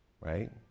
right